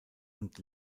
und